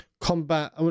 combat